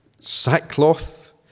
sackcloth